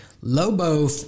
Lobo